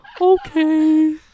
Okay